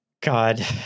God